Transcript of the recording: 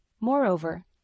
Moreover